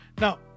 Now